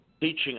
teaching